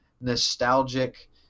nostalgic